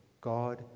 God